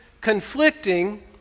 conflicting